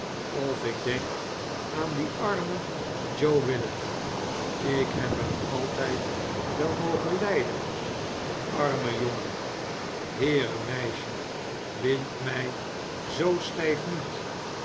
of ik denk aan dien armen joe willet ik heb hem altijd wel mogen lijden de arme jongen heere meisje bind mij zoo stijf niet